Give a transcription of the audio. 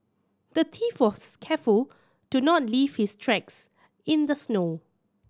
the thief was careful to not leave his tracks in the snow